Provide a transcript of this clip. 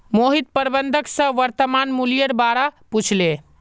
मोहित प्रबंधक स वर्तमान मूलयेर बा र पूछले